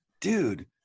Dude